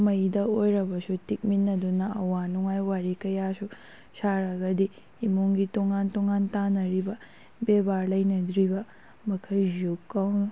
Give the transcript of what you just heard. ꯃꯩꯗ ꯑꯣꯏꯔꯕꯁꯨ ꯇꯤꯛꯃꯤꯟꯅꯗꯨꯅ ꯑꯋꯥ ꯅꯨꯡꯉꯥꯏ ꯋꯥꯔꯤ ꯀꯌꯥꯁꯨ ꯁꯥꯔꯒꯗꯤ ꯏꯃꯨꯡꯒꯤ ꯇꯣꯉꯥꯟ ꯇꯣꯉꯥꯟ ꯇꯥꯅꯔꯤꯕ ꯕꯦꯚꯥꯔ ꯂꯩꯅꯗ꯭ꯔꯤꯕ ꯃꯈꯩꯁꯨ